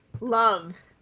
love